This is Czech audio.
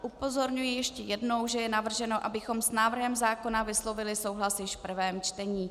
Upozorňuji ještě jednou, že je navrženo, abychom s návrhem zákona vyslovili souhlas již v prvém čtení.